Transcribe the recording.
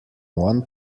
one